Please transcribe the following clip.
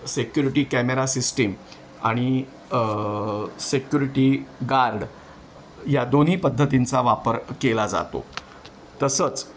security camera system आणि security guard या दोन्ही पद्धतींचा वापर केला जातो तसंच